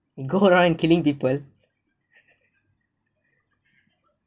go around and killing people